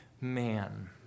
man